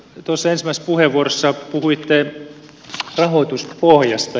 tuossa ensimmäisessä puheenvuorossa puhuitte rahoituspohjasta